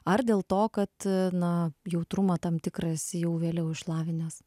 ar dėl to kad na jautrumą tam tikras jau vėliau išlavinęs